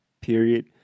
Period